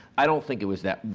i don't think it was that,